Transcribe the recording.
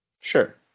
sure